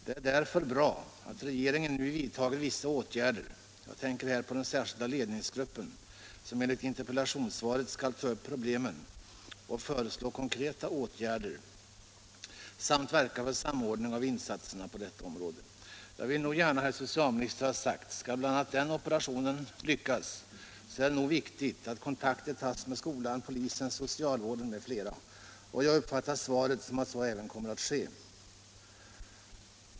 Det är därför bra att regeringen nu kommer att vidta särskilda åtgärder — jag tänker här på inrättandet av den ledningsgrupp som enligt interpellationssvaret skall ta upp problemen och föreslå konkreta åtgärder samt verka för samordning av insatserna på detta område. Jag vill gärna, herr socialminister, i det sammanhanget ha sagt att om bl.a. den operationen skall lyckas, så är det nog viktigt att kontakter tas med skolan, polisen, socialvården m.fl., och jag uppfattar svaret så att detta även kommer att ske.